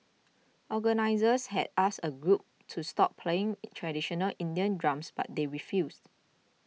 organisers had asked a group to stop playing traditional Indian drums but they refused